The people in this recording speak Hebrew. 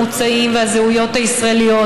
המוצאים והזהויות הישראליות,